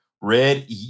red